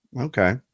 Okay